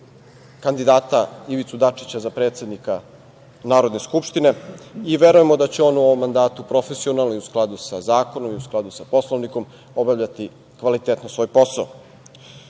kandidata Ivicu Dačića za predsednika Narodne skupštine i verujemo da će on u ovom mandatu profesionalno i u skladu sa zakonom i u skladu sa Poslovnikom obavljati kvalitetno svoj posao.